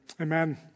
Amen